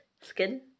skin